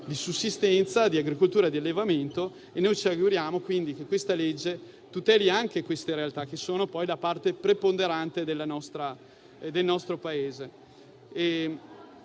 di sussistenza, di agricoltura e di allevamento. Ci auguriamo che questo provvedimento tuteli anche quelle realtà, che sono poi la parte preponderante del nostro Paese.